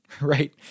right